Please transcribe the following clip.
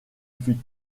fut